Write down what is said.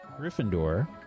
Gryffindor